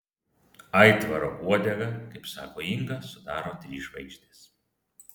aitvaro uodegą kaip sako inga sudaro trys žvaigždės